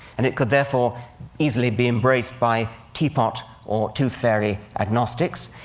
and it could therefore easily be embraced by teapot or tooth-fairy agnostics.